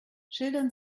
schildern